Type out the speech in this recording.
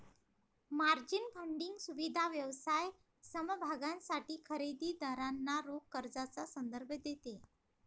margin funding सुविधा व्यवसाय समभागांसाठी खरेदी दारांना रोख कर्जाचा संदर्भ देते